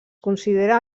considera